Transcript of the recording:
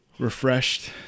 Refreshed